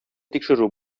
тикшерү